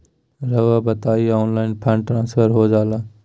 रहुआ बताइए online fund transfer हो जाला?